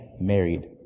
married